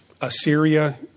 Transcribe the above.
Assyria